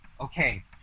okay